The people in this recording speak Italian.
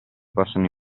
possono